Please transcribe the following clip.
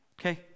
Okay